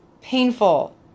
painful